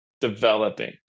developing